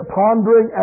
pondering